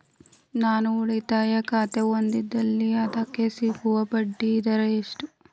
ನಾನು ಉಳಿತಾಯ ಖಾತೆ ಹೊಂದಿದ್ದಲ್ಲಿ ಅದಕ್ಕೆ ಸಿಗುವ ಬಡ್ಡಿ ದರ ಎಷ್ಟು?